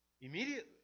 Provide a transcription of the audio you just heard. immediately